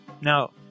Now